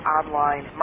online